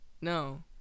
No